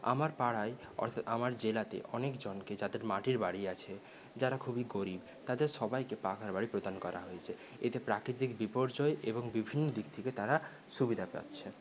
আমার পাড়ায় অর্থাৎ আমার জেলাতে অনেকজনকে যাদের মাটির বাড়ি আছে যারা খুবই গরিব তাদের সবাইকে পাকা বাড়ি প্রদান করা হয়েছে এতে প্রাকৃতিক বিপর্যয় এবং বিভিন্ন দিক থেকে তারা সুবিধা পাচ্ছে